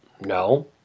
no